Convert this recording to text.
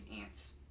ants